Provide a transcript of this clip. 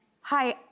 Hi